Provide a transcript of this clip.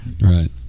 Right